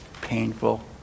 painful